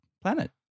planet